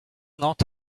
not